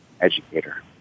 educator